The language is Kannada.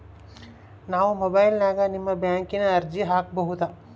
ನಾವು ಮೊಬೈಲಿನ್ಯಾಗ ನಿಮ್ಮ ಬ್ಯಾಂಕಿನ ಅರ್ಜಿ ಹಾಕೊಬಹುದಾ?